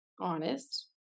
honest